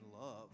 love